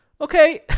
Okay